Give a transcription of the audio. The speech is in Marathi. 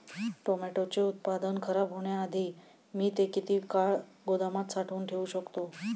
टोमॅटोचे उत्पादन खराब होण्याआधी मी ते किती काळ गोदामात साठवून ठेऊ शकतो?